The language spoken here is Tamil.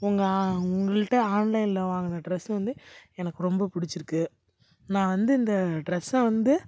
உங்கள் உங்கள்கிட்ட ஆன்லைனில் வாங்கின ட்ரெஸ்ஸு வந்து எனக்கு ரொம்ப பிடிச்சிருக்கு நான் வந்து இந்த ட்ரெஸ்ஸை வந்து